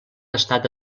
estat